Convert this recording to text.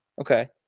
Okay